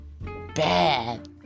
Bad